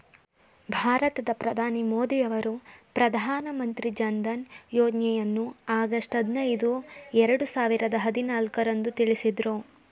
ಭಾರತದ ಪ್ರಧಾನಿ ಮೋದಿ ಅವರು ಪ್ರಧಾನ ಮಂತ್ರಿ ಜನ್ಧನ್ ಯೋಜ್ನಯನ್ನು ಆಗಸ್ಟ್ ಐದಿನೈದು ಎರಡು ಸಾವಿರದ ಹದಿನಾಲ್ಕು ರಂದು ತಿಳಿಸಿದ್ರು